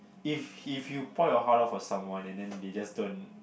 if if you point your heart off someone and then they just don't